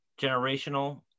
generational